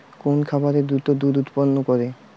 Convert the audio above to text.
কোন খাকারে দ্রুত দুধ উৎপন্ন করে?